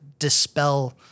Dispel